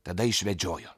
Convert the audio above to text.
tada išvedžiojo